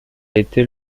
été